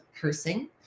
cursing